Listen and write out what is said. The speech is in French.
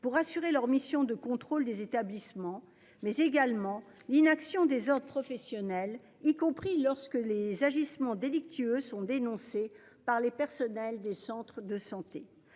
pour assurer leur mission de contrôle des établissements, mais également l'inaction des autres professionnels, y compris lorsque les agissements délictueux sont dénoncés par les personnels des centres de santé,